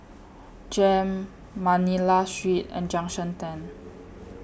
Jem Manila Street and Junction ten